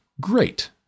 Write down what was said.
great